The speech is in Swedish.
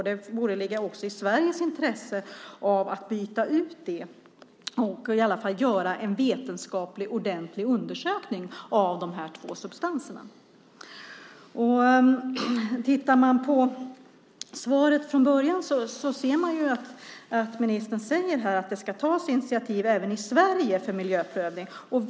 Det borde ligga i Sveriges intresse att byta ut sukralos eller i alla fall göra en ordentlig vetenskaplig undersökning av de två substanserna. I sitt svar sade ministern att det ska tas initiativ för miljöprövning även i Sverige.